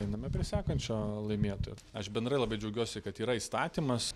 einame prie sekančio laimėtojo aš bendrai labai džiaugiuosi kad yra įstatymas